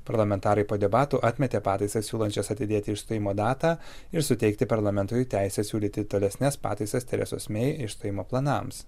parlamentarai po debatų atmetė pataisas siūlančias atidėti išstojimo datą ir suteikti parlamentui teisę siūlyti tolesnes pataisas teresos mei išstojimo planams